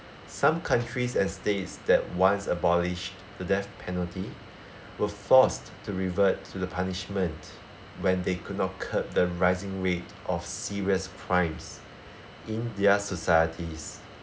some countries and states that once abolish the death penalty were forced to revert to the punishment when they could not curb the rising rate of serious crimes in their societies